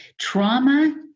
trauma